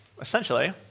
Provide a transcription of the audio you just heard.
essentially